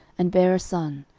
and bare a son,